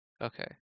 Okay